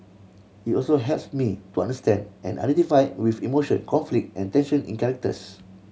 it also helps me to understand and identify with emotion conflict and tension in characters